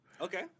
Okay